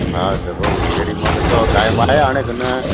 हा त पोइ जेॾी महिल चयो टाइम आहे हाणे की न